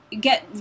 get